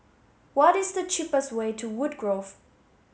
what is the cheapest way to Woodgrove